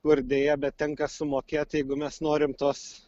kur deja bet tenka sumokėt jeigu mes norim tos